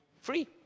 free